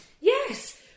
yes